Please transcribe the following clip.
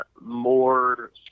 more